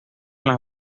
las